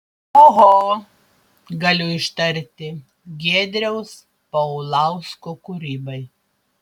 oho galiu ištarti giedriaus paulausko kūrybai